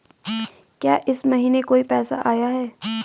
क्या इस महीने कोई पैसा आया है?